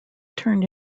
turned